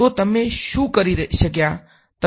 તો તમે શું કરી શક્યા